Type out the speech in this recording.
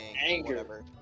anger